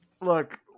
look